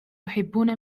يحبون